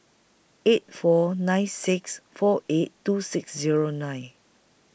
eight four nine six four eight two six Zero nine